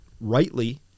rightly